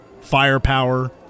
firepower